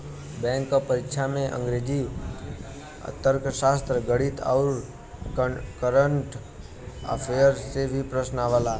bank क परीक्षा में अंग्रेजी, तर्कशास्त्र, गणित आउर कंरट अफेयर्स के प्रश्न आवला